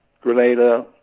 Grenada